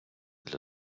для